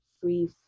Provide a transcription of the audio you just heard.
free